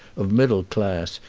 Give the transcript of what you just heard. of middle class,